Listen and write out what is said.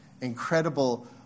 incredible